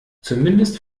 zumindest